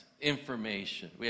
Information